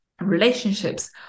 relationships